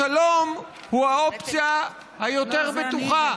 השלום הוא האופציה היותר-בטוחה,